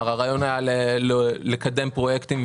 אנחנו מוציאים פה מכסף קורונה למשהו שהוא לא